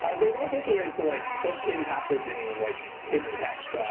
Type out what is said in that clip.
ah there's all sorts of ways to like put in passwords in like hidden text.